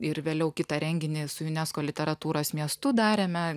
ir vėliau kitą renginį su unesco literatūros miestu darėme